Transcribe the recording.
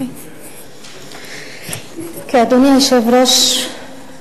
אדוני היושב-ראש,